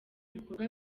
ibikorwa